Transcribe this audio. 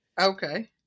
Okay